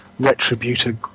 retributor